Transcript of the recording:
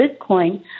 Bitcoin